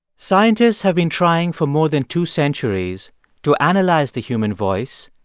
scientists have been trying for more than two centuries to analyze the human voice,